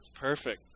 perfect